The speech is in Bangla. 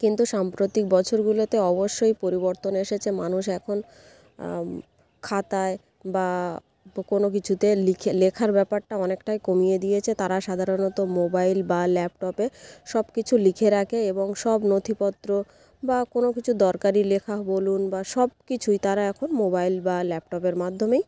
কিন্তু সাম্প্রতিক বছরগুলোতে অবশ্যই পরিবর্তন এসেছে মানুষ এখন খাতায় বা কোনো কিছুতে লিখে লেখার ব্যাপারটা অনেকটাই কমিয়ে দিয়েছে তারা সাধারণত মোবাইল বা ল্যাপটপে সব কিছু লিখে রাখে এবং সব নথিপত্র বা কোনো কিছু দরকারি লেখা বলুন বা সব কিছুই তারা এখন মোবাইল বা ল্যাপটপের মাধ্যমেই